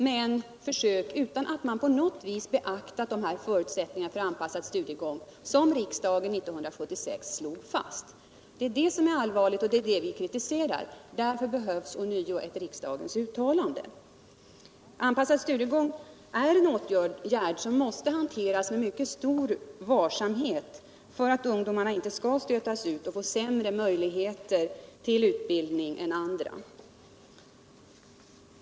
Det har varit försök där man inte har beaktat de förutsättningar för anpassad studiegång som riksdagen år 1976 slog fast. Detta är allvarligt, och det är det som vi kritiserar. Därför behövs ånyo eu riksdagens uttalande. Anpassad studiegång är en åtgärd som måste hanteras med mycket stor varsamhet för alt ungdomarna inte skall stötas ut och få sämre möjligheter till utbildning än andra grupper.